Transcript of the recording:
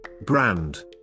Brand